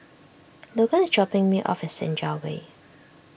Logan is dropping me off Senja Way